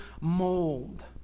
mold